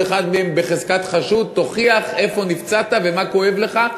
כל אחד מהם בחזקת חשוד: תוכיח איפה נפצעת ומה כואב לך,